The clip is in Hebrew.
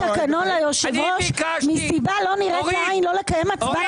האם מותר לפי התקנון ליושב-ראש מסיבה לא נראית לעין לא לקיים הצבעה